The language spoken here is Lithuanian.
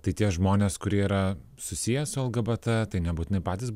tai tie žmonės kurie yra susiję su lgbt tai nebūtinai patys